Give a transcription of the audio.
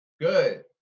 Good